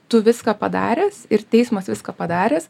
tu viską padaręs ir teismas viską padaręs